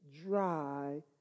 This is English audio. dry